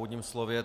úvodním slově.